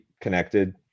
connected